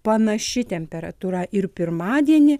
panaši temperatūra ir pirmadienį